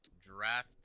draft